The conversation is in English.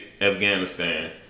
Afghanistan